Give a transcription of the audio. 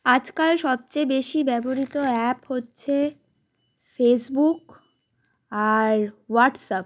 আজকাল সবচেয়ে বেশি ব্যবহৃত অ্যাপ হচ্ছে ফেসবুক আর হোয়াটসঅ্যাপ